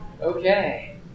Okay